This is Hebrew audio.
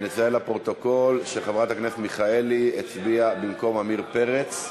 נציין לפרוטוקול שחברת הכנסת מיכאלי הצביעה בטעות במקום עמיר פרץ,